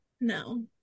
no